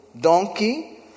donkey